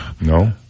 No